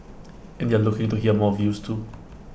and they're looking to hear more views too